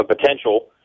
potential